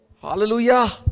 Hallelujah